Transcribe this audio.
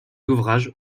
ouvrages